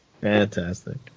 Fantastic